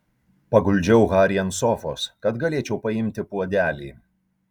paguldžiau harį ant sofos kad galėčiau paimti puodelį